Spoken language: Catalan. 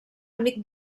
amic